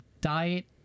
diet